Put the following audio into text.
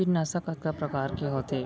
कीटनाशक कतका प्रकार के होथे?